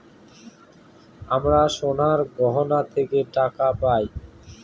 আমরা সোনার গহনা থেকে টাকা পায়